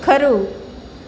ખરું